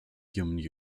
human